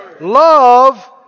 Love